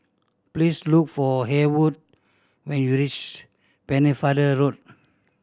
please look for Haywood when you reach Pennefather Road